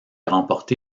remporté